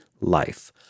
life